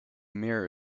mirror